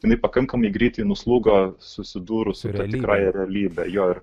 jinai pakankamai greitai nuslūgo susidūrus su tikrąja realybe jo ir